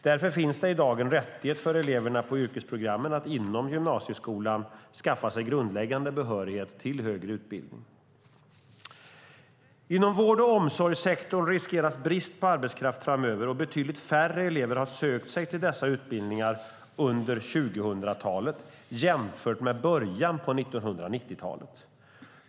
Därför finns det i dag en rättighet för eleverna på yrkesprogrammen att inom gymnasieskolan skaffa sig grundläggande behörighet till högre utbildning. Inom vård och omsorgssektorn riskeras brist på arbetskraft framöver, och betydligt färre elever har sökt sig till dessa utbildningar under 2000-talet jämfört med början av 1990-talet.